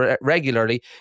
regularly